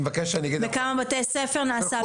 בכמה בתי ספר נעשה פיקוח.